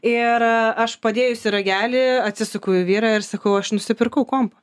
ir aš padėjusi ragelį atsisuku į vyrą ir sakau aš nusipirkau kompą